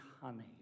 honey